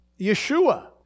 Yeshua